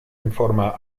informa